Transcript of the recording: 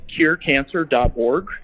curecancer.org